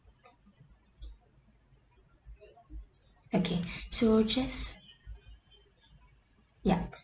okay so just ya